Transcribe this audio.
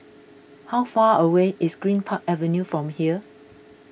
how far away is Greenpark Avenue from here